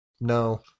No